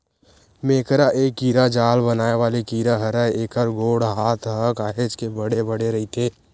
मेकरा ए कीरा जाल बनाय वाले कीरा हरय, एखर गोड़ हात ह काहेच के बड़े बड़े रहिथे